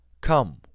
Come